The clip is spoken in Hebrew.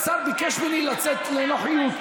השר ביקש ממני לצאת לנוחיות.